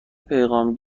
پیغام